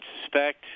suspect